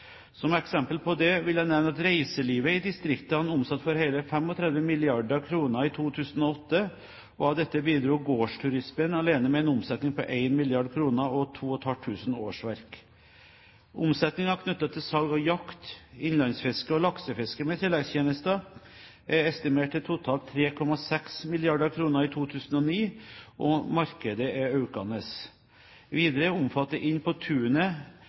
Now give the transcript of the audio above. Som eksempler på det vil jeg nevne at reiselivet i distriktene omsatte for hele 35 mrd. kr i 2008, og av dette bidro gårdsturismen alene med en omsetning på 1 mrd. kr og 2 500 årsverk. Omsetningen knyttet til salg av jakt, innlandsfiske og laksefiske med tilleggstjenester er estimert til totalt 3,6 mrd. kr i 2009, og markedet er økende. Videre omfatter Inn på